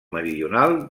meridional